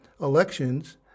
elections